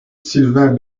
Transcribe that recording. sylvain